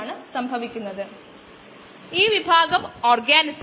നമ്മൾ അത് എങ്ങനെ ചെയ്യും